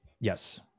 Yes